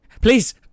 Please